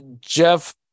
jeff